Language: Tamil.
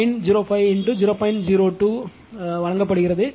2 க்கு வழங்கப்படுகிறது